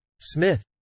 Smith